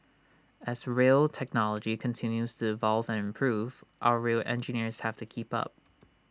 as rail technology continues to evolve and improve our rail engineers have to keep up